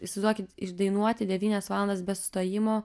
įsivaizduokit išdainuoti devynias valandas be sustojimo